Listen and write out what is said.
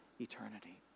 eternity